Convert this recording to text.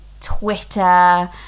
Twitter